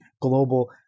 global